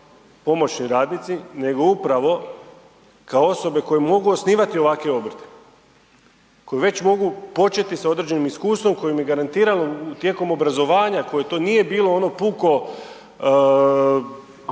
pomoćni radnici nego upravo kao osobe koje mogu osnivati ovakve obrte koji već mogu početi sa određenim iskustvom koje mi garantira tijekom obrazovanja koje to nije bilo ono puko